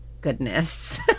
goodness